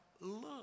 look